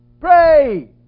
pray